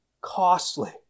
costly